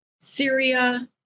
Syria